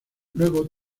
luego